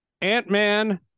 Ant-Man